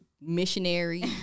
Missionary